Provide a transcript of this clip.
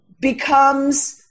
becomes